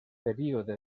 període